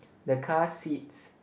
the car seats